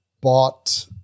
bought